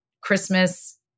Christmas